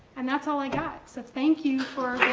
and that's all i got. so thank you for